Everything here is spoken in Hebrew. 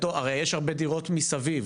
הרי יש הרבה דירות מסביב,